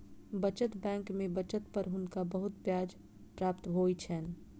बचत बैंक में बचत पर हुनका बहुत ब्याज प्राप्त होइ छैन